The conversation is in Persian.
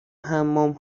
حمام